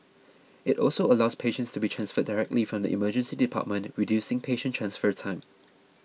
it also allows patients to be transferred directly from the Emergency Department reducing patient transfer time